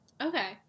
Okay